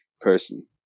person